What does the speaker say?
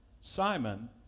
Simon